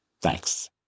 Thanks